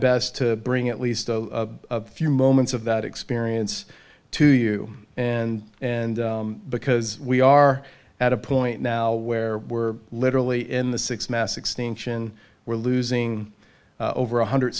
best to bring at least a few moments of that experience to you and and because we are at a point now where we're literally in the six mass extinction we're losing over one hundred